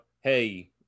hey